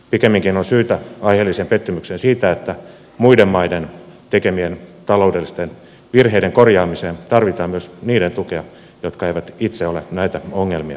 pikemminkin on syytä aiheelliseen pettymykseen siitä että muiden maiden tekemien taloudellisten virheiden korjaamiseen tarvitaan myös niiden tukia jotka eivät itse ole näitä ongelmia